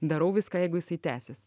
darau viską jeigu jisai tęsis